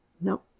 No